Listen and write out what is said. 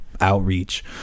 outreach